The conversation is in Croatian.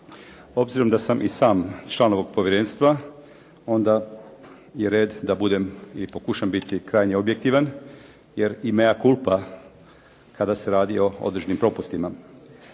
Obzirom da sam i sam član ovog povjerenstva, onda je red da budem i pokušam biti krajnje objektivan jer i "mea culpa" kada se radi o određenim propustima.